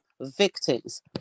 victims